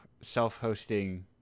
self-hosting